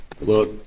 look